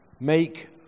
make